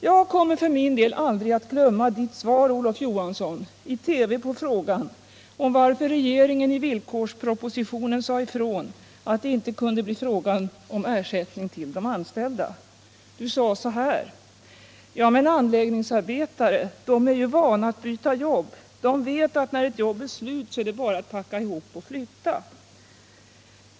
Jag kommer för min del, Olof Johansson, aldrig att glömma ditt svar i TV på frågan om varför regeringen i villkorspropositionen sade ifrån att det inte kunde bli fråga om ersättning till de anställda. Du sade så här: Ja, men anläggningsarbetare är ju vana vid att byta jobb. De vet att när ett jobb tar slut så är det bara att packa ihop och flytta.